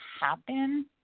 happen